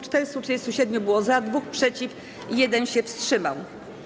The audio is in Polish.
437 było za, 2 - przeciw, 1 się wstrzymał.